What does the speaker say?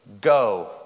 go